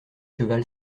cheval